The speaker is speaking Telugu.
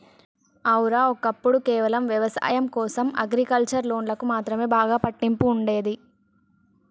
ఔర, ఒక్కప్పుడు కేవలం వ్యవసాయం కోసం అగ్రికల్చర్ లోన్లకు మాత్రమే బాగా పట్టింపు ఉండేది